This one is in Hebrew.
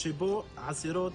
מהארץ,